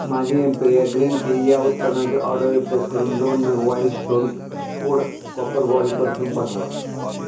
माझी Emperia green tea या उत्पादनाची ऑर्डर रिप्लेस करून दोन नग Wild Stone Code Copper body perfume पाठवा